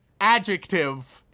adjective